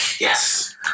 Yes